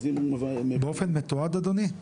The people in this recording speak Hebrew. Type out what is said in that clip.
באופן מתועד אדוני?